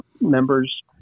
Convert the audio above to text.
members